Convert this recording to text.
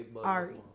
Ari